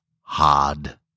Hard